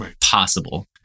possible